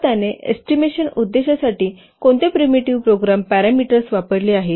तर त्याने एस्टिमेशन उद्देशासाठी कोणते प्रिमिटिव्ह प्रोग्राम पॅरामीटर्स वापरले आहेत